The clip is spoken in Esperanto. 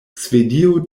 svedio